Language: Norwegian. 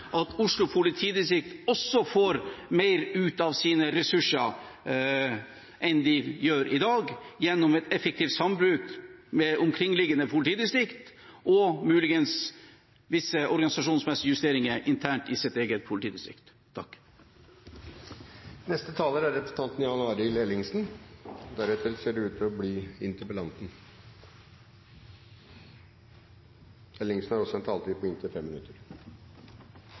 i Oslo politidistrikt, men det vet jeg at Oslo politidistrikt også jobber med. Så får vi håpe at Oslo politidistrikt, som en konsekvens av politireformen, får mer ut av sine ressurser enn de gjør i dag, gjennom et effektivt sambruk med omkringliggende politidistrikter og muligens visse organisasjonsmessige justeringer internt i sitt eget politidistrikt. Jeg vil takke interpellanten for å reise en viktig debatt. Det er